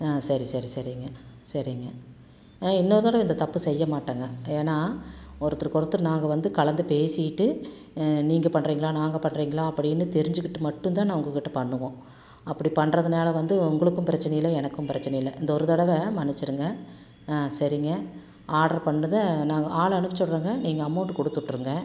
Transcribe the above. ஆ சரி சரி சரிங்க சரிங்க ஆ இன்னொரு தடவை இந்த தப்பு செய்ய மாட்டேங்க ஏன்னா ஒருத்தருக்கொருத்தர் நாங்கள் வந்து கலந்து பேசிகிட்டு நீங்கள் பண்ணுறிங்களா நாங்கள் பண்ணுறிங்களா அப்படின்னு தெரிஞ்சிக்கிட்டு மட்டுந்தான் நான் உங்கக்கிட்ட பண்ணுவோம் அப்படி பண்ணுறதனால வந்து உங்களுக்கும் பிரச்சனை இல்லை எனக்கும் பிரச்சனை இல்லை இந்த ஒரு தடவை மன்னிச்சிடுங்க ஆ சரிங்க ஆர்டரு பண்ணதை நாங்கள் ஆள் அனுப்பிச்சிவுட்றேங்க நீங்கள் அமௌண்ட்டு கொடுத்துவுட்ருங்க